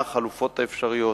מה החלופות האפשריות,